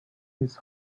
his